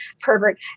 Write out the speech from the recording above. pervert